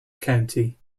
county